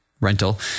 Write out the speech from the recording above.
rental